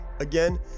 Again